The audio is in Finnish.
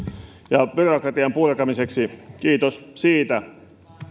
ja byrokratian purkamiseksi kiitos siitä